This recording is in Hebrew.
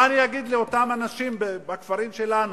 מה אני אגיד לאותם אנשים בכפרים שלנו,